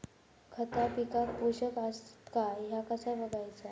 खता पिकाक पोषक आसत काय ह्या कसा बगायचा?